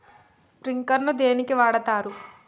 Sprinkler ను దేనికి వాడుతరు?